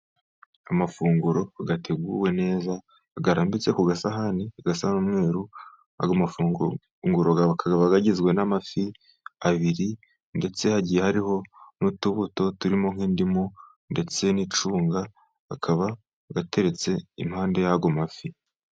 Amafunguro ateguwe neza arambitse ku gasahani gasa n'umweru, ayo mafunguro akaba agizwe n'amafi abiri, ndetse hagiye hariho n'utubuto turimo nk'indimu, ndetse n'icunga akaba barateretse impande y'ayo mafi.